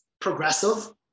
progressive